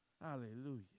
hallelujah